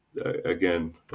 again